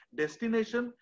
destination